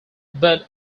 but